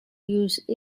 use